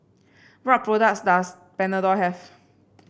what products does Panadol have